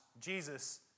Jesus